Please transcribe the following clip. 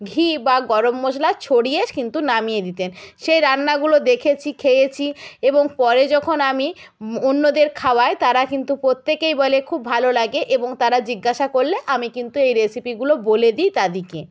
ঘি বা গরম মশলা ছড়িয়ে কিন্তু নামিয়ে দিতেন সেই রান্নাগুলো দেখেছি খেয়েছি এবং পরে যখন আমি অন্যদের খাওয়াই তারা কিন্তু প্রত্যেকেই বলে খুব ভালো লাগে এবং তারা জিজ্ঞাসা করলে আমি কিন্তু এই রেসিপিগুলো বলে দিই তাদেরকে